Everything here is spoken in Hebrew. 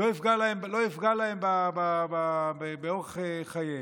זה לא יפגע להם באורח חייהם.